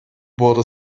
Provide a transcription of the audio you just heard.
wurde